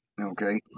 okay